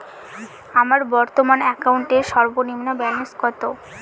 আমার বর্তমান অ্যাকাউন্টের সর্বনিম্ন ব্যালেন্স কত?